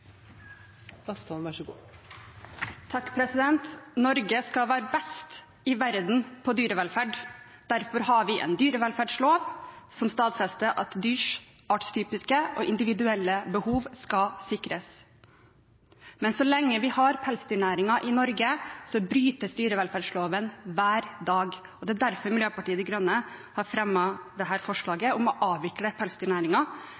Norge skal være best i verden på dyrevelferd. Derfor har vi en dyrevelferdslov, som stadfester at dyrs artstypiske og individuelle behov skal sikres. Men så lenge vi har pelsdyrnæring i Norge, brytes dyrevelferdsloven hver dag. Det er derfor Miljøpartiet De Grønne har fremmet dette forslaget om å avvikle